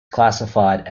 classified